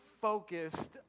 focused